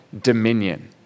dominion